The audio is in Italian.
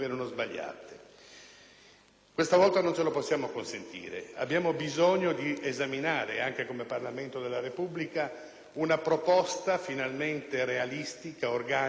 Questa volta non ce lo possiamo permettere. Abbiamo bisogno di esaminare, anche come Parlamento della Repubblica, una proposta finalmente realistica, organica, un'idea